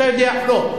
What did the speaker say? חשוב, לא.